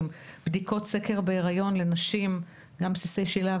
והרחבנו בדיקות סקר לנשים בהיריון.